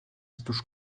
wzdłuż